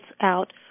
out